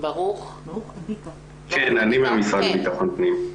אני מהמשרד לביטחון פנים.